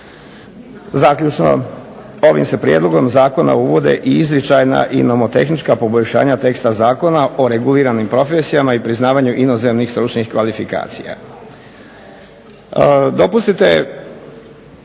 Zaključno. Ovim se prijedlogom zakona uvode i izričajna i nomotehnička poboljšanja teksta zakona o reguliranim profesijama i priznavanju inozemnih stručnih kvalifikacija.